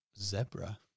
zebra